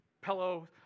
pillow